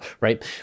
right